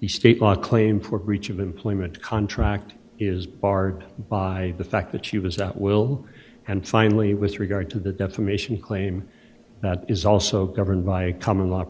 the state bar claim for breach of employment contract is barred by the fact that she was out will and finally with regard to the defamation claim that is also governed by common l